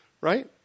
right